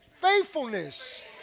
faithfulness